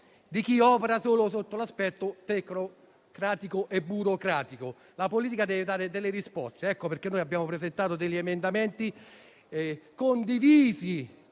di chi opera solo sotto l'aspetto tecnocratico e burocratico. La politica deve dare delle risposte e per questa ragione abbiamo presentato emendamenti, condivisi